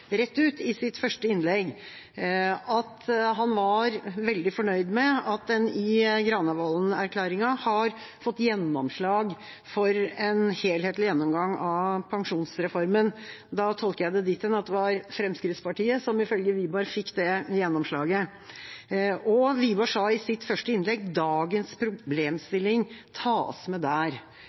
rett ut i sitt første innlegg at han var veldig fornøyd med at man i Granavolden-erklæringen har fått gjennomslag for en helhetlig gjennomgang av pensjonsreformen. Da tolker jeg det dit hen at det var Fremskrittspartiet som, ifølge Wiborg, fikk det gjennomslaget. Og Wiborg sa i sitt første innlegg at dagens problemstilling tas med der.